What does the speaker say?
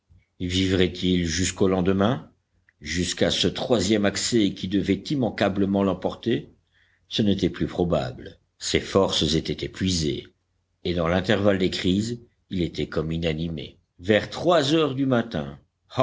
vivrait il jusqu'au lendemain jusqu'à ce troisième accès qui devait immanquablement l'emporter ce n'était plus probable ses forces étaient épuisées et dans l'intervalle des crises il était comme inanimé vers trois heures du matin